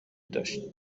داشت